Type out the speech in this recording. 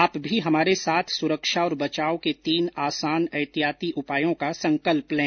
आप भी हमारे साथ सुरक्षा और बचाव के तीन आसान एहतियाती उपायों का संकल्प लें